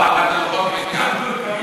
היה נשמע שלא, אבל אתה רחוק מדי.